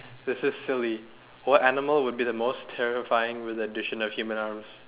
this is silly what animal will be the most terrifying with addition of human arms